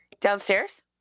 Downstairs